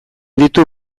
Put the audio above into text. ditu